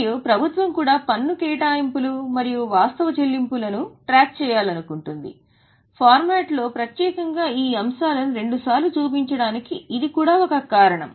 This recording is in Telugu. మరియు ప్రభుత్వం కూడా పన్ను కేటాయింపులు మరియు వాస్తవ చెల్లింపులను ట్రాక్ చేయాలనుకుంటుంది ఫార్మాట్లో ప్రత్యేకంగా ఈ అంశాలను రెండుసార్లు చూపించడానికి ఇది కూడా ఒక కారణం